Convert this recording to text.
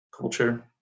culture